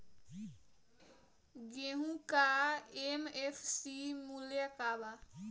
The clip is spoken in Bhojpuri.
गेहू का एम.एफ.सी मूल्य का बा?